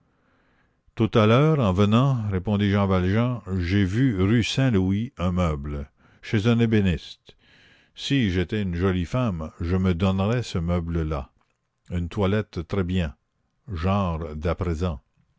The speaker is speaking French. tout à l'heure en venant répondit jean valjean j'ai vu rue saint-louis un meuble chez un ébéniste si j'étais une jolie femme je me donnerais ce meuble là une toilette très bien genre d'à présent